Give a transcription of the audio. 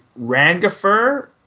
Rangifer